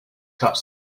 cuts